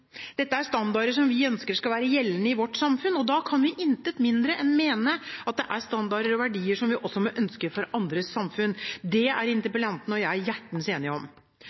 Dette er standarder som vi ønsker skal være gjeldende i vårt samfunn. Da kan vi intet mindre enn mene at det er standarder og verdier som vi også må ønske for andres samfunn. Det er interpellanten og jeg hjertens enige om.